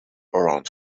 around